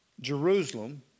Jerusalem